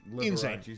insane